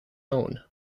own